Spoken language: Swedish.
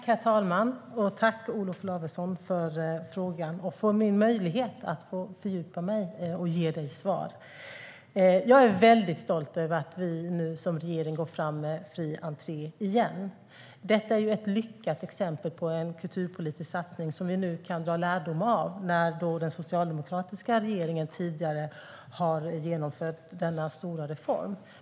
Herr talman! Tack, Olof Lavesson, för frågan och för möjligheten att få fördjupa mig och ge dig svar. Jag är stolt över att vi nu som regering går fram med en reform för fri entré igen. Detta är ett lyckat exempel på en kulturpolitisk satsning som den socialdemokratiska regeringen tidigare genomförde och som vi nu kan dra lärdom av.